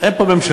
אין פה ממשלה,